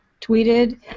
tweeted